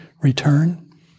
return